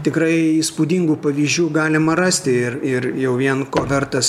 tikrai įspūdingų pavyzdžių galima rasti ir ir jau vien ko vertas